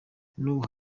n’ubu